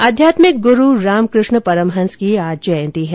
आध्यात्मिक गुरू स्वामी रामकृष्ण परमहंस की आज जयंती है